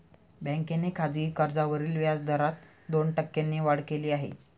बँकेने खासगी कर्जावरील व्याजदरात दोन टक्क्यांनी वाढ केली आहे